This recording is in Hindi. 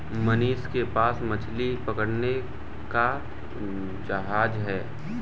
मनीष के पास मछली पकड़ने का जहाज है